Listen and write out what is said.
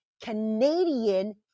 Canadian